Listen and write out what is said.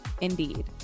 Indeed